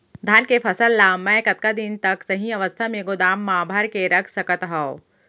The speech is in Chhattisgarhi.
धान के फसल ला मै कतका दिन तक सही अवस्था में गोदाम मा भर के रख सकत हव?